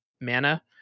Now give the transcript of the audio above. mana